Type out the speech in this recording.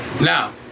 Now